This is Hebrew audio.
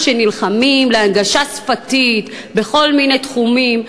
שנלחמים להנגשה שפתית בכל מיני תחומים,